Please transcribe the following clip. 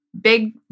big